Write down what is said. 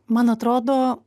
man atrodo